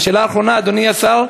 ושאלה אחרונה, אדוני השר: